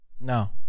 No